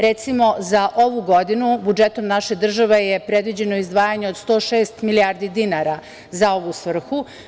Recimo, za ovu godinu budžetom naše države je predviđeno izdvajanje od 106 milijardi dinara za ovu svrhu.